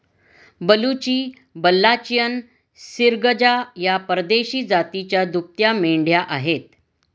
बलुची, बल्लाचियन, सिर्गजा या परदेशी जातीच्या दुभत्या मेंढ्या आहेत